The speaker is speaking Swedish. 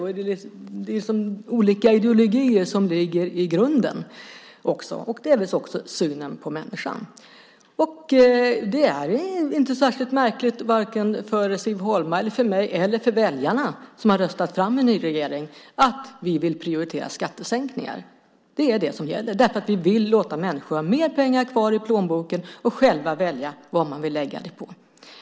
Det är olika ideologier som ligger i grunden och delvis också synen på människan. Det är inte särskilt märkligt, varken för Siv Holma, för mig eller för väljarna som har röstat fram en ny regering att vi vill prioritera skattesänkningar. Det är det som gäller. Vi vill låta människor ha mer pengar kvar i plånboken och själva välja vad de vill lägga dem på.